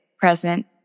present